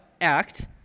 act